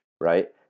right